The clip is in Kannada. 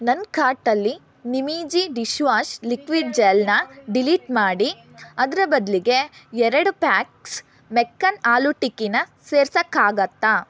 ನನ್ನ ಕಾರ್ಟಲ್ಲಿ ನಿಮೀಜಿ ಡಿಶ್ ವಾಶ್ ಲಿಕ್ವಿಡ್ ಜೆಲ್ನ ಡಿಲೀಟ್ ಮಾಡಿ ಅದರ ಬದಲಿಗೆ ಎರಡು ಪ್ಯಾಕ್ಸ್ ಮೆಕ್ಕನ್ ಆಲೂ ಟಿಕ್ಕಿನ ಸೇರ್ಸೋಕ್ಕಾಗುತ್ತ